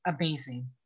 amazing